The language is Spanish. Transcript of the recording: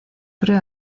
creo